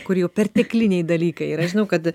kur jau pertekliniai dalykai ir aš žinau kad